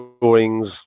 drawings